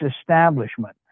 establishment